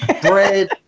bread